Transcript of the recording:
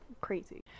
crazy